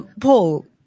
Paul